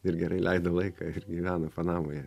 ir gerai leido laiką ir gyveno panamoje